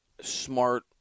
smart